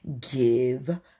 give